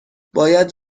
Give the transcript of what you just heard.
باید